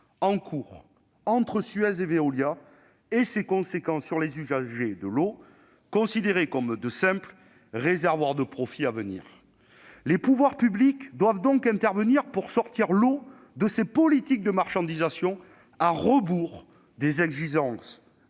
en cours entre Suez et Veolia et à leurs conséquences sur les usagers de l'eau, considérés comme de simples réservoirs de profits à venir ? Les pouvoirs publics doivent intervenir pour sortir l'eau de ces politiques de marchandisation à rebours des exigences